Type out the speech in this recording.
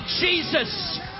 Jesus